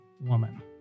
woman